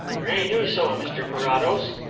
pray do so, mr carrados,